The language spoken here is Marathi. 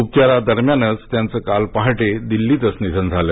उपचारादरम्यानच त्यांचे काल पहाटे दिल्लीतच निधन झाले